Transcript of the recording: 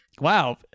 Wow